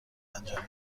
انجام